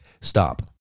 Stop